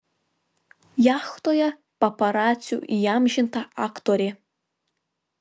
jachtoje paparacių įamžinta aktorė